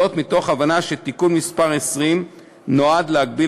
מתוך ההבנה שתיקון מס' 20 נועד להגביל